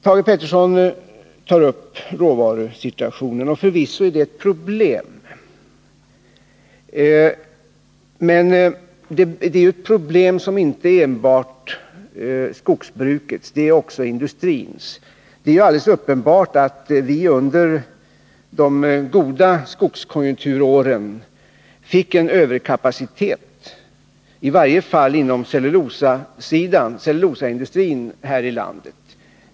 Thage Peterson tar upp råvarusituationen. Förvisso är denna ett problem. Men det är ett problem som inte enbart är skogsbrukets utan också industrins. Det är alldeles uppenbart att vi under de goda skogskonjunkturåren fick en överkapacitet, i varje fall inom cellulosaindustrin här i landet.